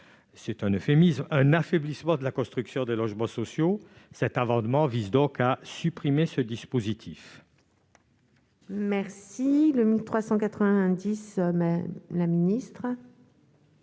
c'est un euphémisme -un affaiblissement de la construction de logements sociaux. Cet amendement vise donc à supprimer ce dispositif. L'amendement n° 1390, présenté